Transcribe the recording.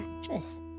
actress